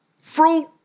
Fruit